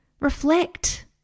reflect